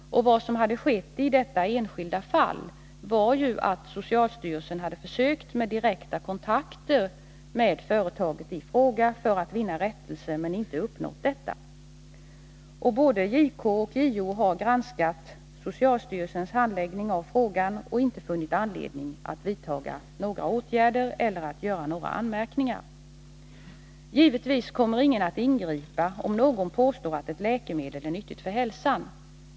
Vad som skett i detta enskilda fall var ju att socialstyrelsen hade försökt med direktkontakter med företaget i fråga för att vinna rättelse men inte uppnått detta. Både JK och JO har granskat socialstyrelsens handläggning av frågan och inte funnit anledning att vidta några åtgärder eller att göra några anmärkningar. Givetvis kommer ingen att ingripa om någon påstår att ett läkemedel är nyttigt för hälsan.